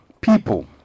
People